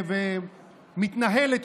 מתנהלת,